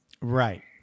Right